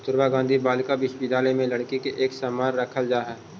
कस्तूरबा गांधी बालिका विद्यालय में लड़की के एक समान रखल जा हइ